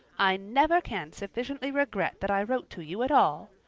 i never can sufficiently regret that i wrote to you at all.